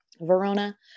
verona